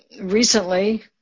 recently